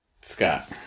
scott